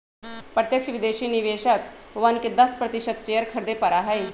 प्रत्यक्ष विदेशी निवेशकवन के दस प्रतिशत शेयर खरीदे पड़ा हई